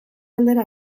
galdera